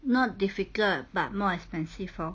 not difficult but more expensive lor